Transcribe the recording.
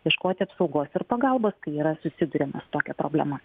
ieškoti apsaugos ir pagalbos kai yra susiduriama su tokia problema